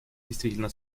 действительно